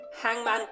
Hangman